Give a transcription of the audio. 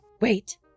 Wait